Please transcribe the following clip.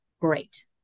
great